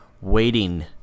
waiting